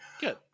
good